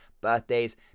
birthdays